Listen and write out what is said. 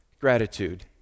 gratitude